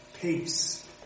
peace